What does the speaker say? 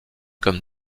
comme